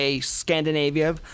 Scandinavia